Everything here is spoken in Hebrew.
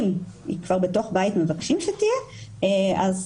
אם כבר מבקשים מתוך בית לעקל,